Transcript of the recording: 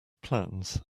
plans